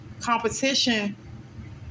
Competition